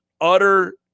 utter